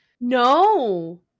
no